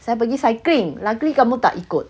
saya pergi cycling luckily kamu tak ikut